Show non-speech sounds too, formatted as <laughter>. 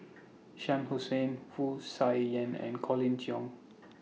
<noise> Shah Hussain Wu Tsai Yen and Colin Cheong <noise>